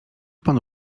panu